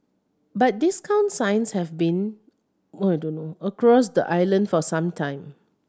but discount signs have been across the island for some time